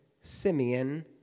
Simeon